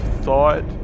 thought